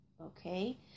okay